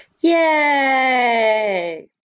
Yay